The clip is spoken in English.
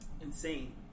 insane